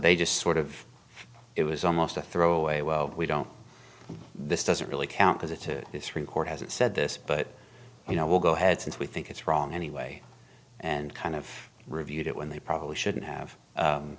they just sort of it was almost a throw away well we don't this doesn't really count as it to this report as it said this but you know we'll go ahead since we think it's wrong anyway and kind of reviewed it when they probably shouldn't have